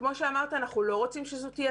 וכמו שאמרת אנחנו לא רוצים שזו תהיה